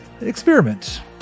experiment